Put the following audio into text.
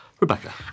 Rebecca